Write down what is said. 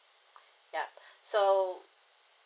yup so